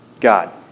God